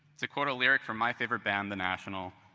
to quote a lyric from my favorite band, the national,